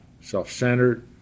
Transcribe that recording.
self-centered